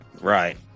right